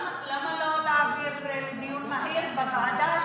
למה לא להעביר לדיון מהיר בוועדה,